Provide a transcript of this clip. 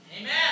Amen